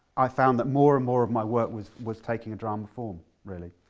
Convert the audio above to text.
i found that more and more of my work was was taking a drama form really.